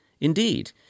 Indeed